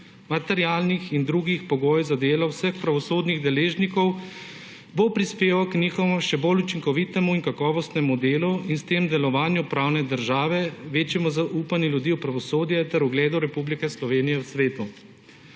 materialnih in drugih pogojev za delo vseh pravosodnih deležnikov bo prispeval k njegovemu še bolj učinkovitemu in kakovostnemu delu in s tem delovanju pravne države, večjemu zaupanju ljudi v pravosodje ter ugledu Republike Slovenije v svetu.